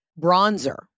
bronzer